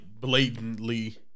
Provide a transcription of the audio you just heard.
blatantly